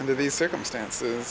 under these circumstances